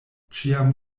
ĉiam